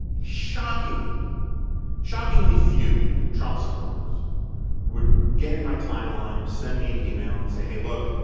shockingly shockingly few trump supporters would get in my timeline or send me an email and say, hey, look,